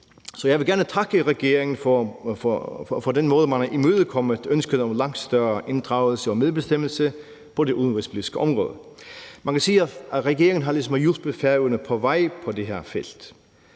jeg vil gerne takke regeringen for den måde, man har imødekommet ønsket om langt større inddragelse og medbestemmelse på det udenrigspolitiske område. Man kan sige, at regeringen ligesom har hjulpet Færøerne på vej på det her felt